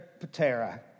Patera